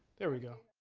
there we go.